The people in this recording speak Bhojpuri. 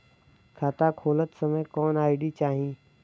खाता खोलत समय कौन आई.डी चाही?